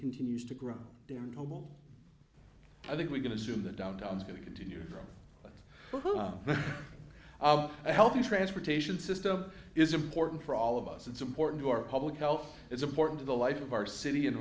continues to grow down i think we can assume that downtown is going to continue a healthy transportation system is important for all of us it's important to our public health it's important to the life of our city and